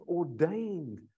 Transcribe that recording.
ordained